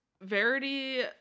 Verity